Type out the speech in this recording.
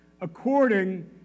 according